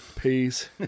peace